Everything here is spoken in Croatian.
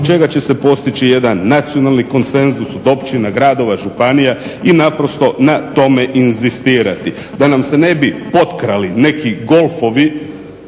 oko čega će se postići jedan nacionalni konsenzus od općina, gradova, županija i naprosto na tome inzistirati, da nam se ne bi potkrali neki golfovi,